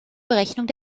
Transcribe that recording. berechnung